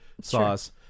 sauce